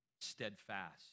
steadfast